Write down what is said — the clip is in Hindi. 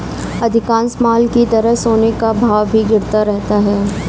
अधिकांश माल की तरह सोने का भाव भी उठता गिरता रहता है